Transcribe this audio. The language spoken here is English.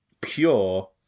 pure